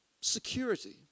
security